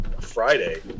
friday